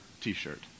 t-shirt